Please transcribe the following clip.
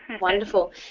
Wonderful